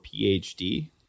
PhD